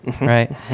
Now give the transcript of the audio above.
right